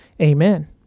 Amen